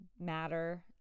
matter